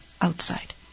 outside